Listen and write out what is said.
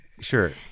Sure